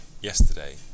yesterday